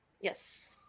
Yes